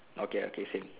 okay okay same